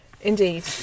Indeed